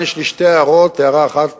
וכאן יש לי שתי הערות, הערה אחת